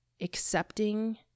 accepting